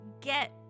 get